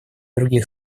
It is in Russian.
других